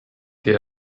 geh